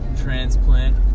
transplant